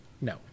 No